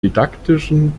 didaktischen